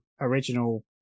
original